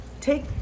take